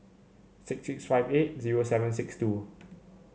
six six five eight zero seven six two